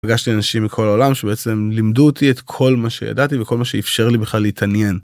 פגשתי אנשים מכל העולם שבעצם לימדו אותי את כל מה שידעתי וכל מה שאפשר לי בכלל להתעניין.